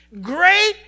great